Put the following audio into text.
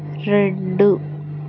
రెండు